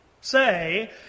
say